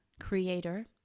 creator